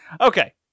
Okay